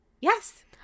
Yes